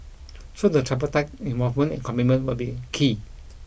so the tripartite involvement and commitment will be key